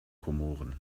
komoren